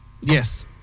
Yes